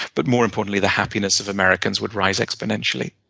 but more importantly, the happiness of americans would rise exponentially.